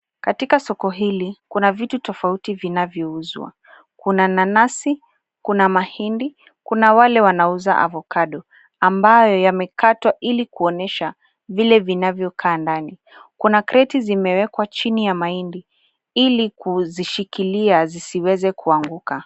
Katika soko hili kuna vitu tofauti vinavyouzwa. Kuna nanasi, kuna mahindi, kuna wale wanauza avocado , ambayo yamekatwa ili kuonyesha vile vinavyokaa ndani. Kuna kreti zimewekwa chini ya mahindi ili kuzishikilia zisiweze kuanguka.